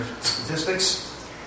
statistics